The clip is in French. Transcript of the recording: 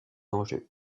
enjeux